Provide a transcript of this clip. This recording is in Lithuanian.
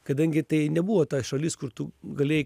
kadangi tai nebuvo ta šalis kur tu galėjai